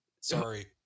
Sorry